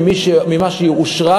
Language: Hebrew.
ממה שאושר,